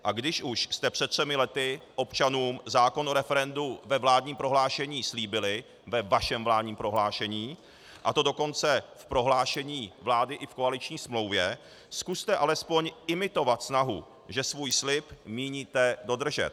A když už jste před třemi lety občanům zákon o referendu ve vládním prohlášení slíbili ve vašem vládním prohlášení , a to dokonce v prohlášení vlády i v koaliční smlouvě, zkuste alespoň imitovat snahu, že svůj slib míníte dodržet.